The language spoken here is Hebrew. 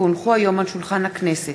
כי הונחו היום על שולחן הכנסת,